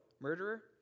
murderer